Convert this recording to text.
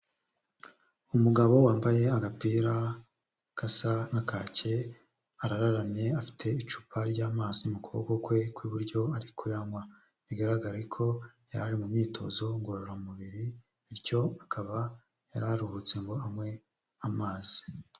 Umugabo wambaye agapira gasa nka kake arararamye afite icupa ry'amazi mu kuboko kwe kw'iburyo ari kuyanywa. Bigaragare ko yari ari mu myitozo ngororamubiri bityo akaba yararuhutse ngo anywe amazi.